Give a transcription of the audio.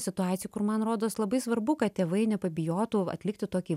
situacijų kur man rodos labai svarbu kad tėvai nepabijotų atlikti tokį